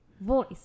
voice